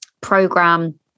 program